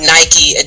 Nike